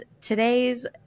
today's